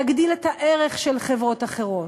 להגדיל את הערך של חברות אחרות,